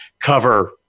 Cover